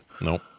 Nope